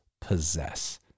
possess